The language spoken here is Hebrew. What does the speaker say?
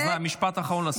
אז משפט אחרון לסיום.